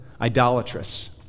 idolatrous